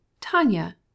tanya